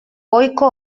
goiko